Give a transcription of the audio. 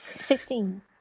Sixteen